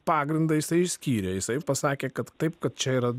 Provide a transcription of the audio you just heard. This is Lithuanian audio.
pagrindą jisai išskyrė jisai pasakė kad taip kad čia yra